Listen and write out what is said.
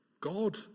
God